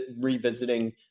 revisiting